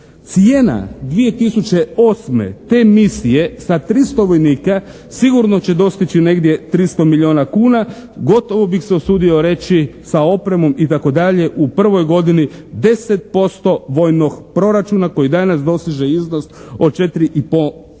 Cijena 2008. te misije sa 300 vojnika sigurno će dostići negdje 300 milijuna kuna, gotovo bih se usudio reći sa opremom itd. u prvoj godini 10% vojnog proračuna koji danas dosiže iznos od 4,5